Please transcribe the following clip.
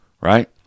Right